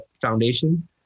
foundation